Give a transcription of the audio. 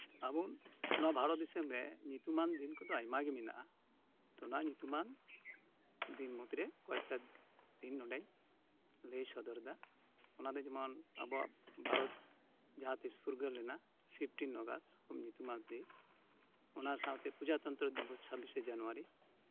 ᱟᱵᱚ ᱱᱚᱶᱟ ᱵᱷᱟᱨᱚᱛ ᱫᱤᱥᱚᱢ ᱨᱮ ᱧᱩᱛᱩᱢᱟᱱ ᱫᱤᱱ ᱠᱚᱫᱚ ᱟᱭᱢᱟ ᱜᱮ ᱢᱮᱱᱟᱜᱼᱟ ᱚᱱᱟ ᱧᱩᱛᱩᱢᱟᱱ ᱫᱤᱱ ᱢᱩᱫᱽᱨᱮ ᱠᱚᱭᱮᱠᱴᱟ ᱫᱤᱱ ᱱᱚᱰᱮᱧ ᱞᱟᱹᱭ ᱥᱚᱫᱚᱨ ᱮᱫᱟ ᱚᱱᱟ ᱫᱚ ᱡᱮᱢᱚᱱ ᱵᱷᱟᱨᱚᱛ ᱡᱟᱦᱟᱸᱛᱤᱥ ᱯᱷᱩᱨᱜᱟᱹᱞ ᱞᱮᱱᱟ ᱯᱷᱤᱯᱴᱤᱱ ᱚᱜᱟᱥᱴ ᱠᱷᱩᱵᱽ ᱧᱩᱛᱩᱢᱟᱱ ᱫᱤᱱ ᱚᱱᱟ ᱥᱟᱶᱛᱮ ᱯᱨᱚᱡᱟᱛᱚᱱᱛᱨᱚ ᱫᱤᱵᱚᱥ ᱪᱷᱟᱵᱽᱵᱤᱥᱮ ᱡᱟᱱᱩᱣᱟᱨᱤ